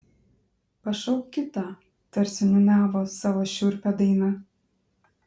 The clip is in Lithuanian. pašauk kitą tarsi niūniavo savo šiurpią dainą